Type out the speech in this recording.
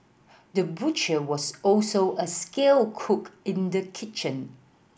the butcher was also a skilled cook in the kitchen